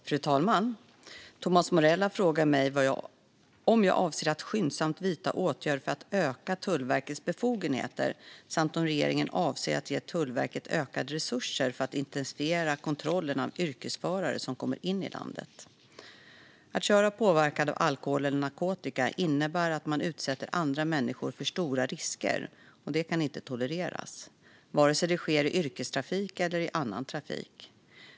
Fru talman! Thomas Morell har frågat mig om jag avser att skyndsamt vidta åtgärder för att öka Tullverkets befogenheter samt om regeringen avser att ge Tullverket ökade resurser för att intensifiera kontrollen av yrkesförare som kommer in i landet. Att köra påverkad av alkohol eller narkotika innebär att man utsätter andra människor för stora risker. Det kan inte tolereras, vare sig det sker i yrkestrafik eller i annan trafik.